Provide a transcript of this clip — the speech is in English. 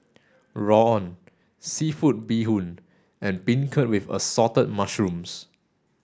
Rawon seafood bee hoon and beancurd with assorted mushrooms